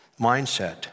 mindset